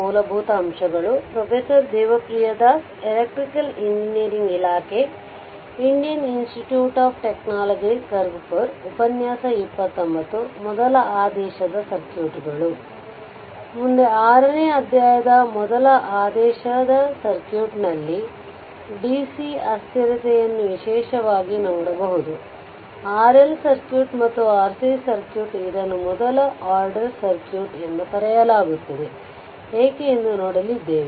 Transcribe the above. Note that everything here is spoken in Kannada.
ಮುಂದೆ 6ನೇ ಅಧ್ಯಾಯದ ಮೊದಲ ಆದೇಶದ ಸರ್ಕ್ಯೂಟ್ ಲ್ಲಿ dc ಅಸ್ಥಿರತೆಯನ್ನು ವಿಶೇಷವಾಗಿ ನೋಡಬಹುದು RL ಸರ್ಕ್ಯೂಟ್ ಮತ್ತು RC ಸರ್ಕ್ಯೂಟ್ ಇದನ್ನು ಮೊದಲ ಆರ್ಡರ್ ಸರ್ಕ್ಯೂಟ್ ಎಂದು ಕರೆಯಲಾಗುತ್ತದೆ ಏಕೆ ಎಂದು ನೋಡಲಿದ್ದೇವೆ